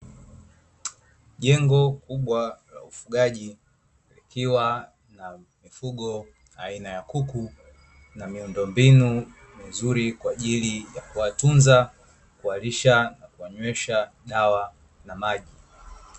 Jengo kubwa la ufugaji likiwa na mifugo aina ya kuku na miundombinu mizuri kwaajili ya kuwatunza, kuwalisha na kuwanywesha dawa na maji.